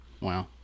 Wow